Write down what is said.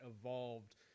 evolved